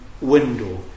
window